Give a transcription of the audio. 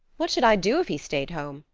what should i do if he stayed home?